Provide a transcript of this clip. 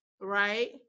Right